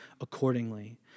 accordingly